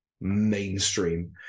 mainstream